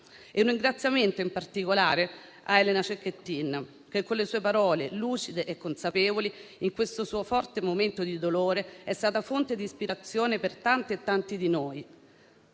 E un ringraziamento in particolare a Elena Cecchettin, che con le sue parole lucide e consapevoli, in questo suo forte momento di dolore, è stata fonte di ispirazione per tante e tanti di noi,